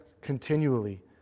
continually